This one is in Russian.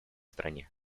стране